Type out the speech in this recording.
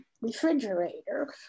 refrigerator